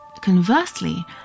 Conversely